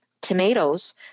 tomatoes